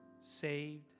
saved